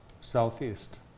Southeast